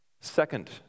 Second